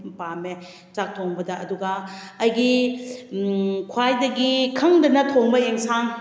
ꯄꯥꯝꯃꯦ ꯆꯥꯛ ꯊꯣꯡꯕꯗ ꯑꯗꯨꯒ ꯑꯩꯒꯤ ꯈ꯭ꯋꯥꯏꯗꯒꯤ ꯈꯪꯗꯅ ꯊꯣꯡꯕ ꯑꯦꯟꯁꯥꯡ